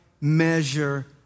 measure